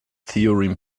theorem